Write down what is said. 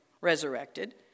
resurrected